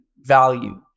value